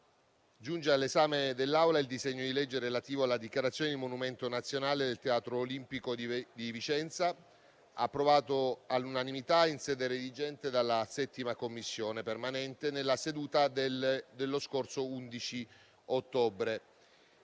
giunge all'esame dell'Assemblea il disegno di legge relativo alla dichiarazione di monumento nazionale del Teatro Olimpico di Vicenza, approvato all'unanimità in sede redigente dalla 7a Commissione permanente nella seduta dello scorso 11 ottobre.